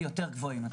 למרות השרשור הזה.